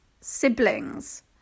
siblings